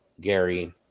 Gary